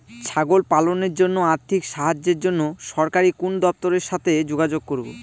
ছাগল পালনের জন্য আর্থিক সাহায্যের জন্য সরকারি কোন দপ্তরের সাথে যোগাযোগ করব?